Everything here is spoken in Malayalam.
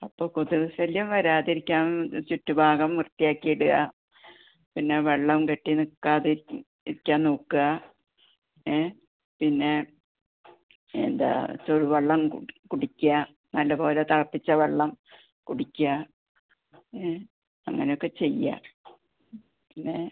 അപ്പോൾ കൊതുക് ശല്യം വരാതിരിക്കാൻ ചുറ്റു ഭാഗം വൃത്തയാക്കിടാം പിന്നെ വെള്ളം കെട്ടി നിക്കാതിരിക്കാൻ ഇരിക്കാൻ നോക്കാം ഏഹ് പിന്നെ എന്താ ചൂടു വെള്ളം കുടിക്കുക കുടിക്കുക നല്ല പോലെ തിളപ്പിച്ച വെള്ളം കുടിക്കുക ഏഹ് അങ്ങനെയൊക്കെ ചെയ്യുക പിന്നെ